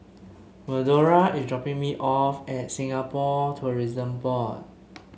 Medora is dropping me off at Singapore Tourism Board